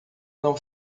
não